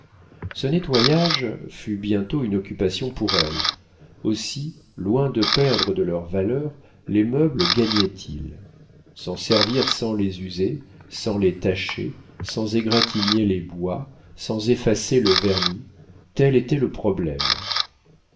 ce nettoyage fut bientôt une occupation pour elle aussi loin de perdre de leur valeur les meubles gagnaient ils s'en servir sans les user sans les tacher sans égratigner les bois sans effacer le vernis tel était le problème